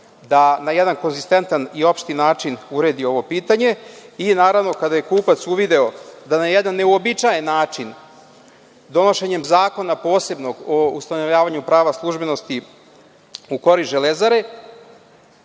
da na jedan konzistentan i opšti način uredi ovo pitanje i naravno kada je kupac uvideo da na jedan neobičajan način, donošenjem zakona posebnog o ustanovljenju prava službenosti u korist „Železare“